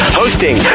hosting